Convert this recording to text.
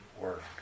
work